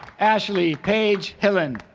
ashleigh paige hillen